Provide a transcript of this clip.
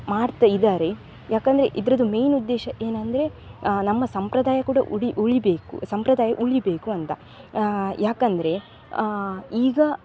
ಮಾಡ್ತಾ ಇದ್ದಾರೆ ಯಾಕಂದರೆ ಇದ್ರದ್ದು ಮೇಯ್ನ್ ಉದ್ದೇಶ ಏನಂದರೆ ನಮ್ಮ ಸಂಪ್ರದಾಯ ಕೂಡ ಉಳಿ ಉಳಿಬೇಕು ಸಂಪ್ರದಾಯ ಉಳಿಬೇಕು ಅಂತ ಯಾಕಂದರೆ ಈಗ